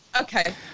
okay